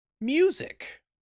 Music